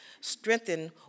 strengthen